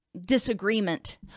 disagreement